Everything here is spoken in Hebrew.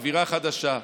אווירה חדשה,